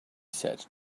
said